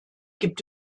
gibt